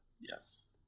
Yes